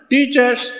Teachers